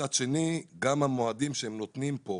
מצד שני, גם המועדים שהם נותנים כאן